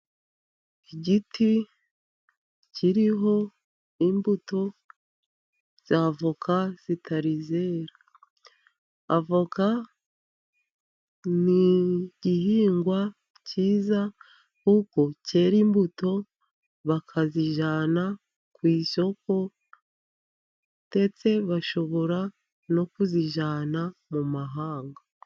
Igiti kiriho imbuto za voka zitarizera. Avoka ni igihingwa cyiza kuko cyera, imbuto bakazijyana ku isoko ndetse, bashobora no kuzijyana mu mahanga.